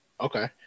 Okay